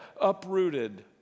uprooted